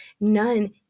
none